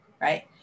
right